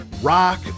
Rock